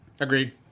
Agreed